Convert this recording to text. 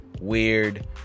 weird